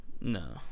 No